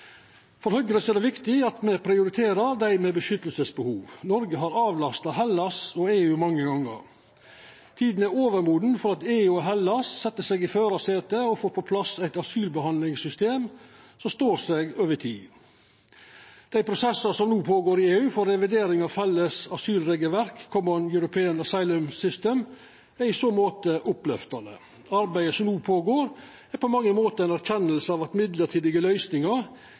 For Høgre er det viktig at me prioriterer dei med vernebehov. Noreg har avlasta Hellas og EU mange gonger. Tida er overmoden for at EU og Hellas set seg i førarsetet og får på plass eit asylbehandlingssystem som står seg over tid. Dei prosessane som no føregår i EU for revidering av det felles asylregelverket «Common European Asylum System», er i så måte oppløftande. Arbeidet som no føregår, er på mange måtar ei erkjenning av at mellombelse løysingar